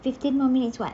fifteen more minutes [what]